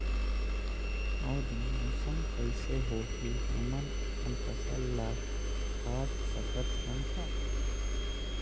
आय दिन मौसम कइसे होही, हमन अपन फसल ल काट सकत हन का?